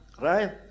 right